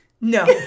No